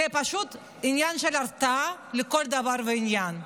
זה פשוט עניין של הרתעה לכל דבר ועניין.